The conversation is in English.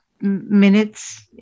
minutes